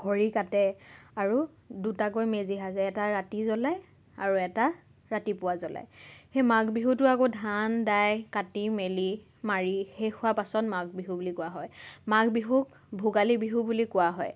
খৰি কাটে আৰু দুটাকৈ মেজি সাজে এটা ৰাতি জ্বলায় আৰু এটা ৰাতিপুৱা জ্বলায় সেই মাঘবিহুতো আকৌ ধান দাই কাটি মেলি মাৰি শেষ হোৱাৰ পাছত মাঘ বিহু বুলি কোৱা হয় মাঘ বিহুক ভোগালী বিহু বুলি কোৱা হয়